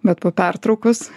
bet po pertraukos